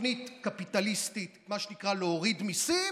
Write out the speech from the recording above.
תוכנית קפיטליסטית, מה שנקרא להוריד מיסים,